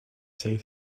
say